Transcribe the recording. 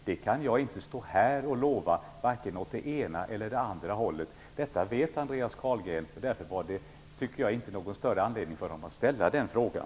Jag kan inte nu stå här och lova något åt vare sig det ena eller det andra hållet. Detta vet Andreas Carlgren, och därför fanns det ingen större anledning för honom att ställa den frågan.